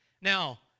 Now